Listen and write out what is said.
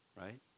right